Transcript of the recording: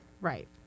Right